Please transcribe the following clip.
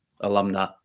Alumni